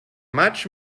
much